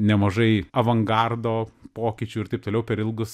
nemažai avangardo pokyčių ir taip toliau per ilgus